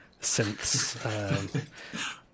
synths